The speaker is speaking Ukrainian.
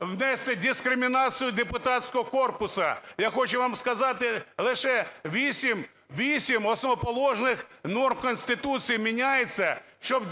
внести дискримінацію депутатського корпусу. Я хочу вам сказати, лише вісім основоположних норм Конституції міняються, щоб